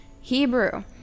Hebrew